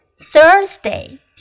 Thursday